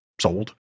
Sold